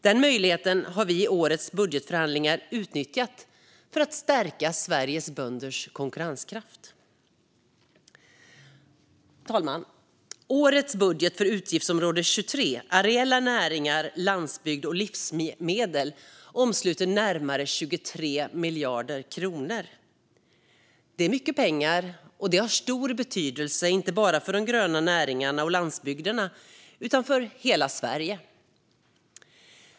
Den möjligheten har vi i årets budgetförhandlingar utnyttjat för att stärka Sveriges bönders konkurrenskraft. Fru talman! Årets budget för utgiftsområde 23 Areella näringar, landsbygd och livsmedel omsluter närmare 23 miljarder kronor. Det är mycket pengar, och det har stor betydelse inte bara för de gröna näringarna och landsbygderna utan för hela Sverige.